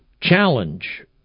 challenge